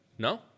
No